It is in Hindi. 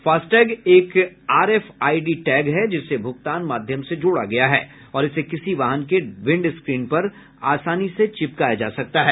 फास्टैग एक R F I D tag है जिसे भूगतान माध्यम से जोड़ा गया है और इसे किसी वाहन के विंडस्क्रीन पर आसानी से चिपकाया जा सकता है